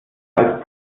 als